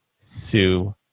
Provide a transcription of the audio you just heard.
sue